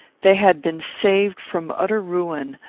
they had been saved from utter ruin,